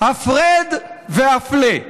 הפרד והפלה,